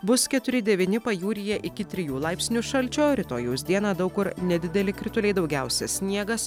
bus keturi devyni pajūryje iki trijų laipsnių šalčio rytojaus dieną daug kur nedideli krituliai daugiausia sniegas